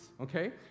okay